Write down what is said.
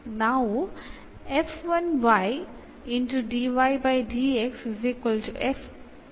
ನಾವು ಅನ್ನು ಹೊಂದಿದ್ದೇವೆ